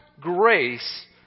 grace